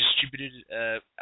distributed